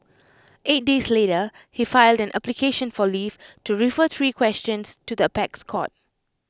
eight days later he filed an application for leave to refer three questions to the apex court